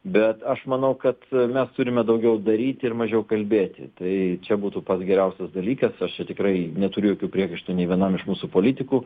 bet aš manau kad mes turime daugiau daryti ir mažiau kalbėti tai čia būtų pats geriausias dalykas aš čia tikrai neturiu jokių priekaištų nei vienam iš mūsų politikų